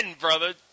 brother